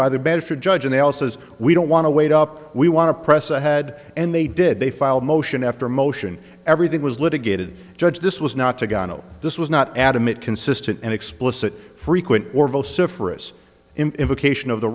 by the bedford judge analysis we don't want to wait up we want to press ahead and they did they filed a motion after motion everything was litigated judge this was not to go no this was not adam it consistent and explicit frequent or vociferous invocation of the